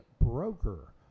broker